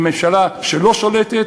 מממשלה שלא שולטת,